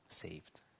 saved